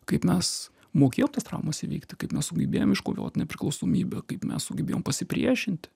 kaip mes mokėjom tas traumas įveikti kaip mes sugebėjom iškovot nepriklausomybę kaip mes sugebėjom pasipriešinti